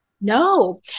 No